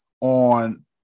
on